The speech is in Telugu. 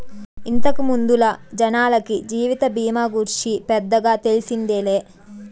ఇంతకు ముందల జనాలకి జీవిత బీమా గూర్చి పెద్దగా తెల్సిందేలే